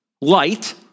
light